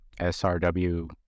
SRW